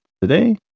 today